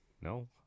No